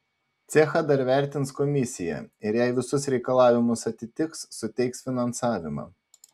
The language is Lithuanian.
cechą dar vertins komisija ir jei visus reikalavimus atitiks suteiks finansavimą